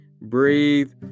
Breathe